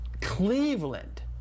Cleveland